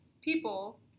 people